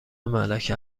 ملک